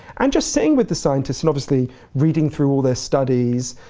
and just sitting with the scientists and obviously reading through all their studies.